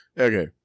Okay